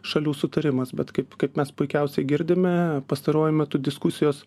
šalių sutarimas bet kaip kaip mes puikiausiai girdime pastaruoju metu diskusijos